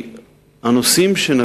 הנושאים שגם